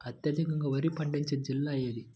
అత్యధికంగా వరి పండించే జిల్లా ఏది?